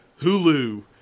Hulu